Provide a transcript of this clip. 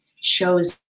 shows